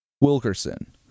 Wilkerson